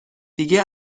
دیگه